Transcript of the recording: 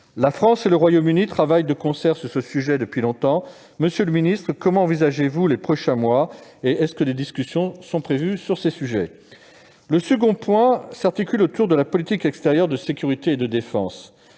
La France et le Royaume-Uni travaillent de concert sur ce sujet depuis longtemps. Monsieur le secrétaire d'État, comment envisagez-vous les prochains mois et des discussions sont-elles prévues sur ces sujets ? Le second point s'articule autour de la politique extérieure, de sécurité et de défense.